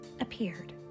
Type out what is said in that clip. appeared